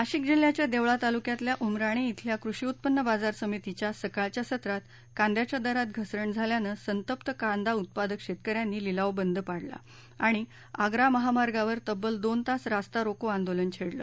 नाशिक जिल्ह्याच्या देवळा तालुक्यातल्या उमराणे इथल्या कृषी उत्पन्न बाजार समितीत सकाळच्या सत्रात कांद्यांच्या दरात घसरण झाल्यानं संतप्त कांदा उत्पादक शेतक यांनी लिलाव बंद पाडला आणि आग्रा महामार्गावर तब्बल दोन तास रास्ता रोको आंदोलन छेडले